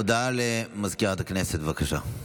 הודעה לסגנית מזכיר הכנסת, בבקשה.